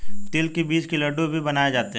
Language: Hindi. तिल के बीज के लड्डू भी बनाए जाते हैं